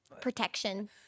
protection